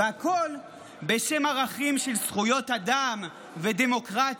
והכול בשם ערכים של זכויות אדם ודמוקרטיה.